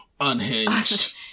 unhinged